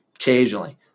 occasionally